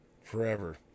forever